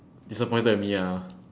disappointed at me ah